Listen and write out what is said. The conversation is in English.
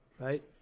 right